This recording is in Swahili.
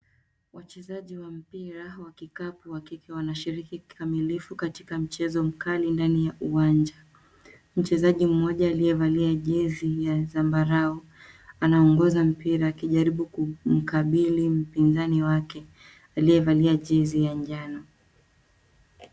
wachezaji wa mbira wa kikapu wakike wanashiriki kikamilivu katika mchezo mkali ndani wa uwanja. Mchezaji mmoja alivalia jezi ya sambarau anaongoza mpira akijaribu kukabili pinzani wake aliyevalia jezi njano.